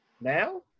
Now